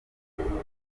rwibanze